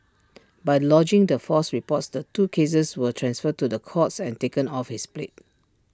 by lodging the false reports the two cases were transferred to the courts and taken off his plate